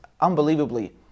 unbelievably